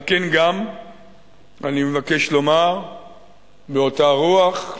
על כן גם אני מבקש לומר באותה רוח,